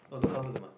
no don't cover the mic